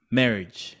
marriage